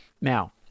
Now